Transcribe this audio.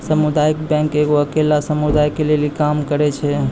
समुदायिक बैंक एगो अकेल्ला समुदाय के लेली काम करै छै